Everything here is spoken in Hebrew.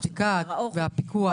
הפיקוח,